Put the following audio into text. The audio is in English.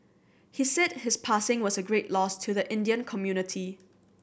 he said his passing was a great loss to the Indian community